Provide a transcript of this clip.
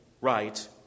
right